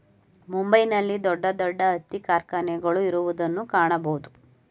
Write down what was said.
ಮುಂಬೈ ನಲ್ಲಿ ದೊಡ್ಡ ದೊಡ್ಡ ಹತ್ತಿ ಕಾರ್ಖಾನೆಗಳು ಇರುವುದನ್ನು ಕಾಣಬೋದು